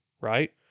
right